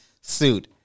suit